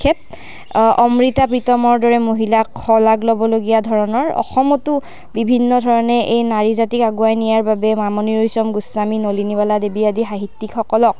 তেখেত অম্ৰীতা প্ৰীতমৰ দৰে মহিলাক শলাগ ল'বলগীয়া ধৰণৰ অসমতো বিভিন্ন ধৰণে এই নাৰী জাতিক আগুৱাই নিয়াৰ বাবে মামণি ৰয়সম গোস্বামী নলিনীবালা দেৱী আদি সাহিত্যিকসকলক